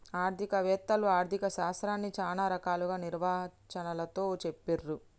ఆర్థిక వేత్తలు ఆర్ధిక శాస్త్రాన్ని చానా రకాల నిర్వచనాలతో చెప్పిర్రు